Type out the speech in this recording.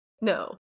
no